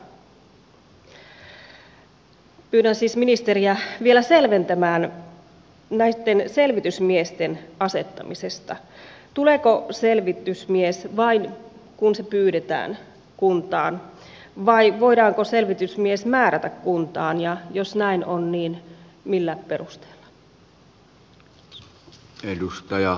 vielä pyydän ministeri virkkusta selventämään näitten selvitysmiesten asettamista tuleeko selvitysmies vain kun hänet pyydetään kuntaan vai voidaanko selvitysmies määrätä kuntaan ja jos näin on niin millä perusteella